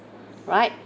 right